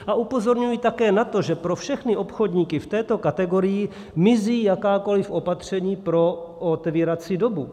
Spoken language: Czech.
A upozorňuji také na to, že pro všechny obchodníky v této kategorii mizí jakákoliv opatření pro otevírací dobu.